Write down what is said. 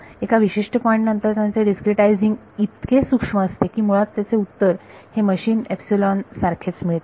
एका विशिष्ट पॉईंट नंतरत्याचे डीस्क्रीटायझिंग इतके सूक्ष्म असते की मुळात त्याचे उत्तर हे मशीन एपसिलोन सारखेच मिळते